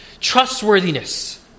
trustworthiness